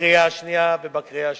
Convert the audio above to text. בקריאה השנייה ובקריאה השלישית.